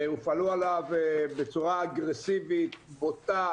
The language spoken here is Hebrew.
שהפעילו עליו בצורה אגרסיבית ובוטה